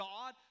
God